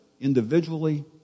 Individually